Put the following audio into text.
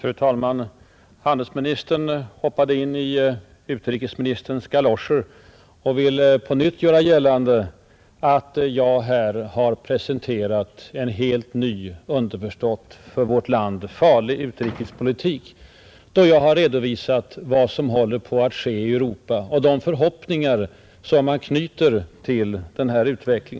Fru talman! Handelsministern hoppade in i utrikesministerns galoscher och ville — liksom han göra gällande att jag här har presenterat en helt ny — underförstått för vårt land farlig — utrikespolitik, då jag har redovisat vad som håller på att ske i Europa och de förhoppningar som knyts till denna utveckling.